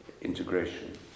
integration